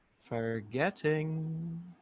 forgetting